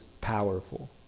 powerful